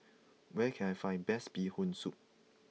where can I find best Bee Hoon Soup